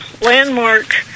landmark